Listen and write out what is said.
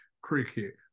cricket